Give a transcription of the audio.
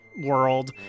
World